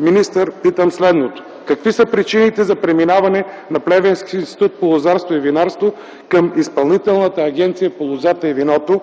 министър, питам следното: какви са причините за преминаване на Плевенския институт по лозарство и винарство към Изпълнителната агенция по лозята и виното?